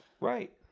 right